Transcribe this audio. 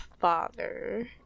father